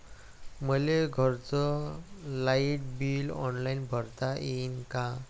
मले घरचं light bill online भरता येईन का?